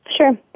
Sure